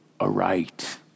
aright